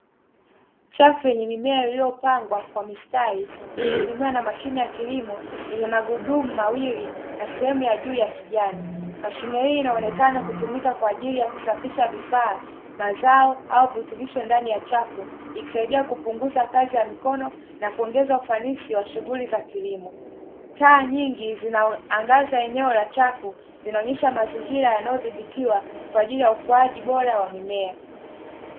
Chafu yenye mimea iliyopangwa kwa mistari ikihudumiwa na mashine ya kilimo yenye magurudumu mawili na sehemu ya juu ya kijani. Mashine hii inaonekana kutumika kwaajili ya kusafisha vifaa, mazao au virutubisho ndani ya chafu, ikisaidia kupunguza kazi ya mikono na kuongeza ufanisi wa shughuli za kilimo. Taa nyingi zinaangaza eneo la chafu zinaonesha mazingira yanayodhibitiwa kwaajili ya ukuaji bora wa mimea.